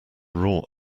raw